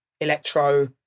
electro